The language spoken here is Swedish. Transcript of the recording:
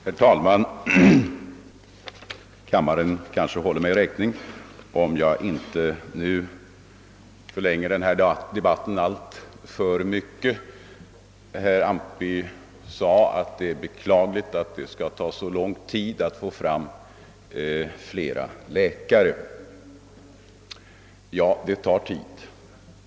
Herr talman! Kammaren kanske håller mig räkning för om jag inte förlänger denna debatt alltför mycket. Herr Antby sade att det är beklagligt att det skall ta så lång tid att få fram fler läkare. Ja, det tar tid.